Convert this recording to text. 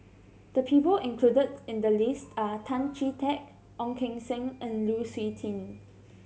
the people included in the list are Tan Chee Teck Ong Keng Sen and Lu Suitin